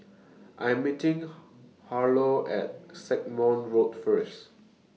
I Am meeting Harlow At Stagmont Road First